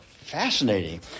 fascinating